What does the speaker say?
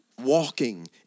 walking